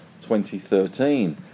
2013